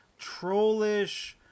trollish